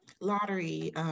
lottery